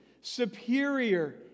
superior